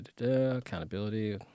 Accountability